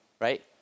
right